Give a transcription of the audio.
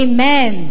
Amen